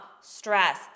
stress